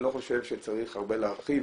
אני לא חושב שצריך הרבה להרחיב